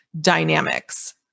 dynamics